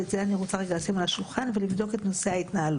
ואני רוצה לשים את זה רגע על השולחן ולבדוק את נושא ההתנהלות.